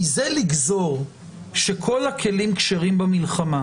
מזה לגזור שכל הכלים כשרים במלחמה,